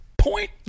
point